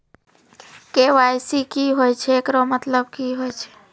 KYC की होय छै, एकरो मतलब की होय छै?